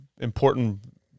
important